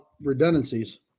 redundancies